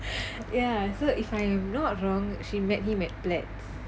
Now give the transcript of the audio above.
ya so if I am not wrong she met him at blacks